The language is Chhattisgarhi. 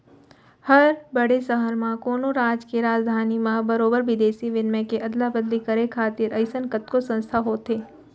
हर बड़े सहर म, कोनो राज के राजधानी म बरोबर बिदेसी बिनिमय के अदला बदली करे खातिर अइसन कतको संस्था होथे